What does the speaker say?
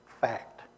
fact